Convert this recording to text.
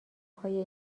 پای